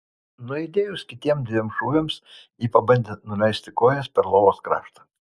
nuaidėjus kitiems dviem šūviams ji pabandė nuleisti kojas per lovos kraštą